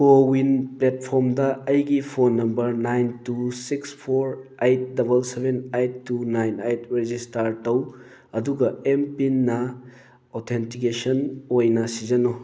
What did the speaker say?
CoWIN ꯄ꯭ꯂꯦꯠꯐꯣꯝꯗ ꯑꯩꯒꯤ phone number nine two six four eight double seven eight two nine eight register ꯇꯧ ꯑꯗꯨꯒ ꯑꯦꯝ ꯄꯤꯟꯅ ꯑꯣꯊꯦꯟꯇꯤꯀꯦꯁꯟ ꯑꯣꯏꯅ ꯁꯤꯖꯤꯟꯅꯧ